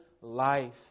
life